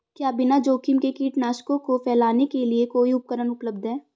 क्या बिना जोखिम के कीटनाशकों को फैलाने के लिए कोई उपकरण उपलब्ध है?